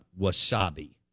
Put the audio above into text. Wasabi